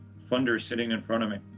funders sitting in front of me.